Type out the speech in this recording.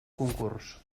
concurs